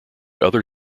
other